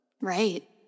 Right